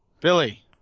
Billy